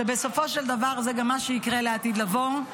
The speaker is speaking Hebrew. שבסופו של דבר זה גם מה שיקרה לעתיד לבוא.